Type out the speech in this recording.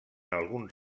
alguns